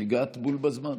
הגעת בול בזמן.